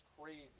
crazy